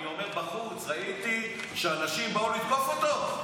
אני עומד בחוץ, ראיתי שאנשים באו לתקוף אותו.